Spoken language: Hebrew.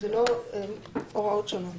שאלו לא הוראות שונות.